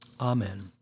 Amen